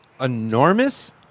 enormous